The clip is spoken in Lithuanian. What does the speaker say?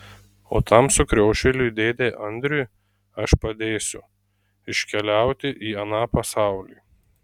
o tam sukriošėliui dėdei andriui aš padėsiu iškeliauti į aną pasaulį